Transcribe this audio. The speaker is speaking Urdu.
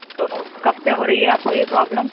تو کب سے ہو رہی ہے آپ کو یہ پرابلم